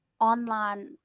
online